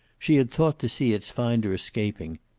she had thought to see its finder escaping,